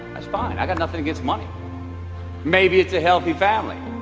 that's fine? i got nothing against money maybe it's a healthy family.